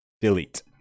delete